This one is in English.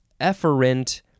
efferent